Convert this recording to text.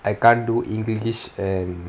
I can't do english and